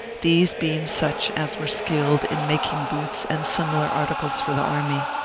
these being such as were skilled in making boots and similar articles for the army.